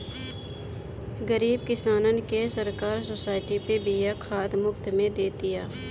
गरीब किसानन के सरकार सोसाइटी पे बिया खाद मुफ्त में दे तिया